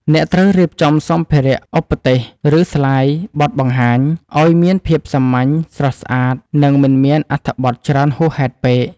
អ្នកត្រូវរៀបចំសម្ភារៈឧបទេស ឬស្លាយបទបង្ហាញ ឱ្យមានភាពសាមញ្ញ ស្រស់ស្អាត និងមិនមានអត្ថបទច្រើនហួសហេតុពេក។